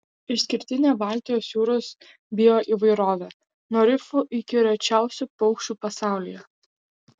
išskirtinė baltijos jūros bioįvairovė nuo rifų iki rečiausių paukščių pasaulyje